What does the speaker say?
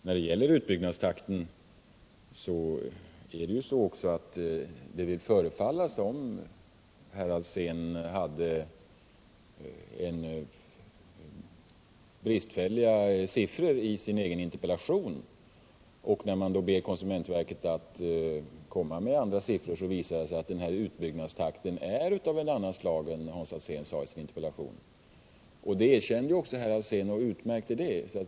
När det gäller utbyggnadstakten förefaller det som om herr Alsén har bristfälliga siffror i sin interpellation. När man ber konsumentverket att komma med siffror visar det sig att utbyggnadstakten är en annan än den Hans Alsén anger i interpellationen. Det erkände också herr Alsén, och detär Nr 72 utmärkt.